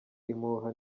impuha